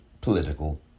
political